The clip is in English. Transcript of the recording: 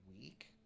week